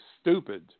stupid